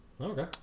Okay